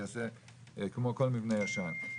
כמו כל מבנה ישן.